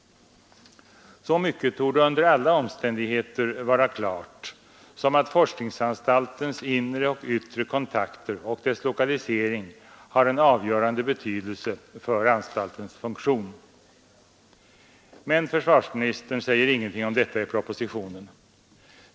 Så mycket torde under alla omständigheter vara klart som att forskningsanstaltens inre och yttre kontakter och dess lokalisering har en avgörande betydelse för forskningsanstaltens funktion. Men försvarsministern säger ingenting om detta i propositionen.